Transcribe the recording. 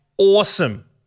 Awesome